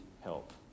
help